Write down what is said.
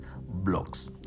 blocks